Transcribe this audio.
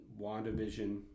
WandaVision